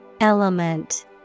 Element